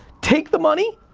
take the money,